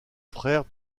frère